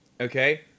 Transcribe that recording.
okay